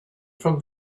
from